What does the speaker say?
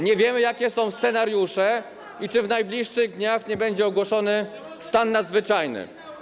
Nie wiemy, jakie są scenariusze i czy w najbliższych dniach nie będzie ogłoszony stan nadzwyczajny.